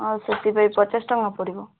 ହଁ ସେଥିପାଇଁ ପଚାଶଟଙ୍କା ପଡ଼ିବ